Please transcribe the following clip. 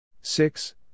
Six